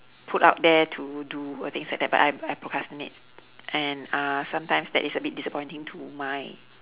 put out there to do uh things like that but I I procrastinate and uh sometimes that is a bit disappointing to my